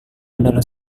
adalah